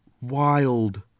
wild